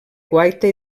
guaita